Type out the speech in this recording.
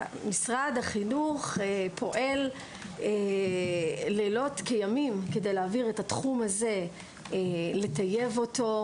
משרד החינוך פועל לילות כימים כדי להעביר את התחום הזה ולטייב אותו.